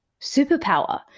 superpower